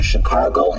Chicago